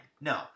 no